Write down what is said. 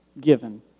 given